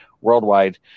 Worldwide